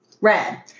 red